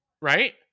right